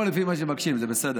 הכול פה זה לפי מה שמבקשים, זה בסדר.